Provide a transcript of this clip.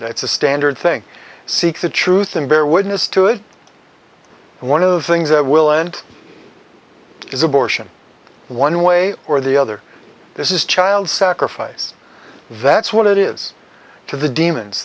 it's a standard thing seek the truth and bear witness to it and one of the things that will end is abortion one way or the other this is child sacrifice that's what it is to the demons